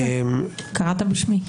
אמרת קארין קראת בשמי.